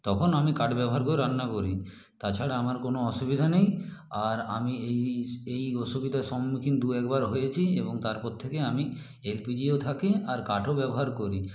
তখন আমি কাঠ ব্যবহার করে রান্না করি তাছাড়া আমার কোনো অসুবিধা নেই আর আমি এই এই অসুবিধার সম্মুখীন দু একবার হয়েছি এবং তারপর থেকে আমি এল পি জিও থাকে আর কাঠও ব্যবহার করি